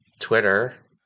Twitter